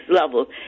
level